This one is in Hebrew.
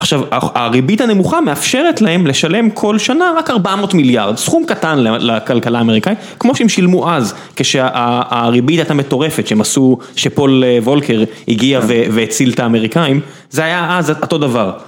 עכשיו הריבית הנמוכה מאפשרת להם לשלם כל שנה רק ארבע מאות מיליארד, סכום קטן לכלכלה האמריקאית, כמו שהם שילמו אז כשהריבית היתה מטורפת, שהם עשו, שפול וולקר הגיע והציל את האמריקאים, זה היה אז אותו דבר.